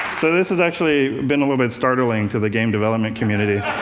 so this has actually been a little bit startling to the game-development community.